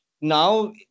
now